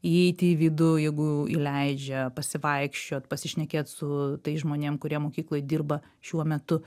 įeit į vidų jeigu įleidžia pasivaikščiot pasišnekėt su tais žmonėm kurie mokykloj dirba šiuo metu